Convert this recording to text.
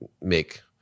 Make